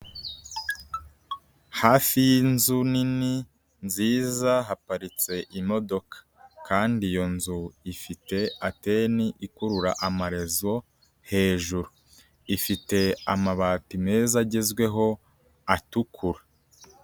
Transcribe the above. Hafi y'inzu nini nziza haparitse imodoka kandi iyo nzu ifite ateni ikurura amarezo, hejuru ifite amabati meza agezweho atukura,